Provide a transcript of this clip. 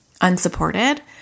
unsupported